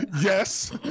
yes